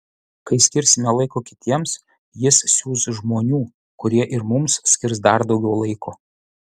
kai skirsime laiko kitiems jis siųs žmonių kurie ir mums skirs dar daugiau laiko